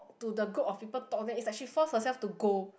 to the group of people talk then it's like she force herself to go